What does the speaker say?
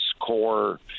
core